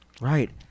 Right